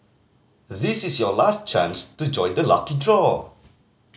this is your last chance to join the lucky draw